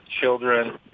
children